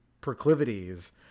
proclivities